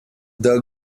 dog